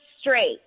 straight